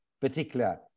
particular